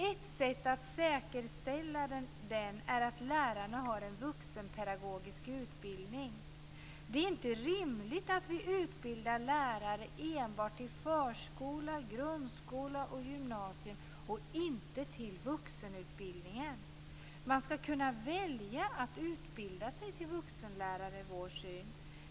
Ett sätt att säkerställa den är att lärarna har en vuxenpedagogisk utbildning. Det är inte rimligt att vi utbildar lärare enbart till förskola, grundskola och gymnasium men inte till vuxenutbildning. Man skall kunna välja att utbilda sig till vuxenlärare.